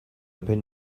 pin